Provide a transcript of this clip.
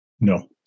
No